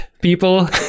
people